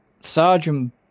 Sergeant